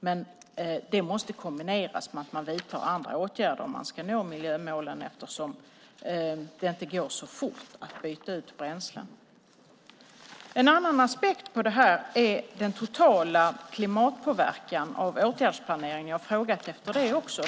Men det måste kombineras med andra åtgärder om man ska nå miljömålen eftersom det inte går så fort att byta ut bränslen. En annan aspekt på det här är den totala klimatpåverkan av åtgärdsplaneringen. Jag har frågat om det också.